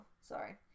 sorry